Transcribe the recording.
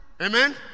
Amen